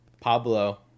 Pablo